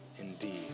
indeed